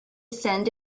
send